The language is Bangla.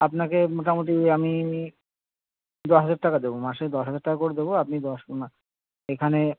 আপনাকে মোটামুটি আমি দশ হাজার টাকা দেব মাসে দশ হাজার টাকা করে দেব আপনি দশ এখানে